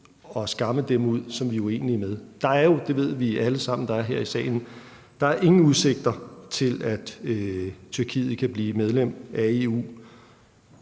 og skamme dem ud, som vi er uenige med. Der er jo – og det ved vi alle sammen her i salen – ingen udsigter til, at Tyrkiet kan blive medlem af EU.